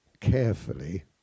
carefully